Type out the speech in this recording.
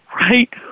right